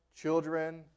children